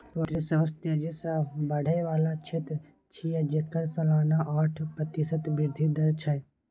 poultry सबसं तेजी सं बढ़ै बला क्षेत्र छियै, जेकर सालाना आठ प्रतिशत वृद्धि दर छै